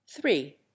three